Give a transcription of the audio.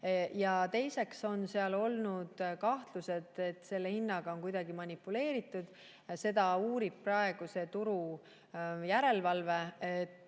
Teiseks on olnud kahtlused, et selle hinnaga on kuidagi manipuleeritud. Seda uurib praegu turujärelevalve,